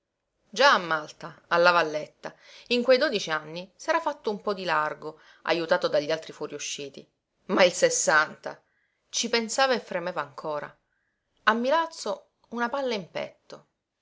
malta a la valletta in quei dodici anni s'era fatto un po di largo ajutato dagli altri fuorusciti ma il sessanta ci pensava e fremeva ancora a milazzo una palla in petto